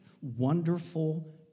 wonderful